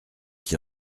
qui